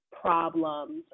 problems